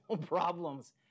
problems